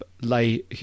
lay